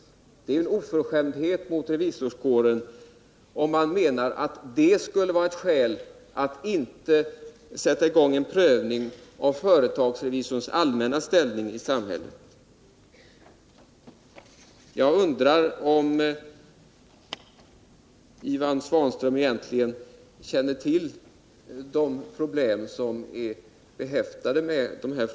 Det är en oförskämdhet mot revisorskåren, om man menar att brottsförebyggande rådets utredning skulle vara ett skäl att inte sätta i gång en prövning av företagsrevisorns allmänna ställning i samhället. Jag undrar om Ivan Svanström egentligen känner till dessa problem.